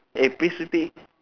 eh please stupid